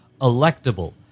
electable